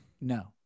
No